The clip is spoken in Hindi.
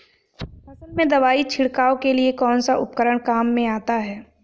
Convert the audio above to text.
फसल में दवाई छिड़काव के लिए कौनसा उपकरण काम में आता है?